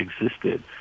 existed